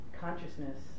consciousness